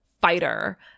fighter